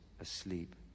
asleep